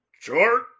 Chart